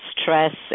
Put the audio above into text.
stress